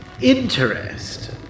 interest